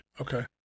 Okay